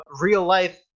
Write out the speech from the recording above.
real-life